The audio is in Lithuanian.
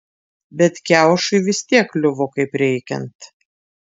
bet kiaušui vis tiek kliuvo kaip reikiant